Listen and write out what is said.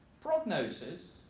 prognosis